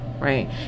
right